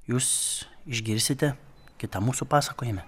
jūs išgirsite kitą mūsų pasakojime